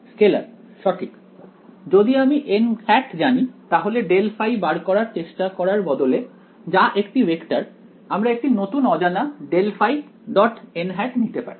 scalar সঠিক যদি আমি জানি তাহলে ∇ϕ বার করার চেষ্টা করার বদলে যা একটি ভেক্টর আমরা একটি নতুন অজানা ∇ϕ নিতে পারি